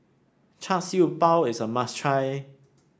Char Siew Bao is a must try